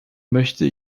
möchte